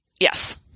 yes